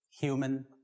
human